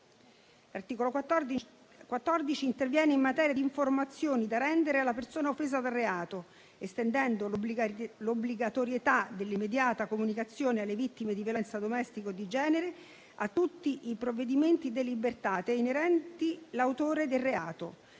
L'articolo 14 interviene in materia di informazioni da rendere alla persona offesa dal reato, estendendo l'obbligatorietà dell'immediata comunicazione alle vittime di violenza domestica o di genere a tutti i provvedimenti deliberati inerenti all'autore del reato,